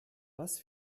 was